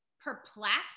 perplexed